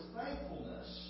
thankfulness